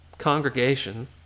congregation